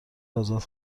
آزاد